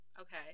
okay